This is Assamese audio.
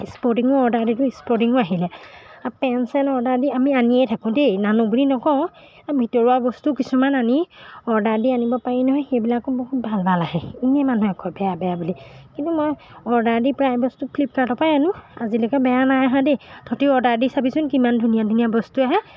স্পৰ্টিঙো অৰ্ডাৰ দিলোঁ স্পৰ্টিঙো আহিলে আৰু পেণ্ট চেণ্ট অৰ্ডাৰ দি আমি আনিয়ে থাকোঁ দেই নানো বুলি নকওঁ এই ভিতৰুৱা বস্তু কিছুমান আনি অৰ্ডাৰ দি আনিব পাৰি নহয় সেইবিলাকো বহুত ভাল ভাল আহে এনেই মানুহে কয় বেয়া বেয়া বুলি কিন্তু মই অৰ্ডাৰ দি প্ৰায় বস্তু ফ্লিপকাৰ্টৰপৰাই আনোঁ আজিলৈকে বেয়া নাই আহা দেই তহঁতিও অৰ্ডাৰ দি চাবিচোন কিমান ধুনীয়া ধুনীয়া বস্তু আহে